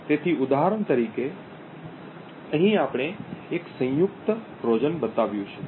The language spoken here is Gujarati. તેથી ઉદાહરણ તરીકે અહીં આપણે એક સંયુક્ત ટ્રોજન બતાવ્યું છે